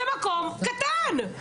על אף שקראו להם להתעמת הם לא באו להתעמת.